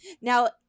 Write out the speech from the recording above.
Now